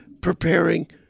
preparing